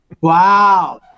Wow